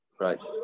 right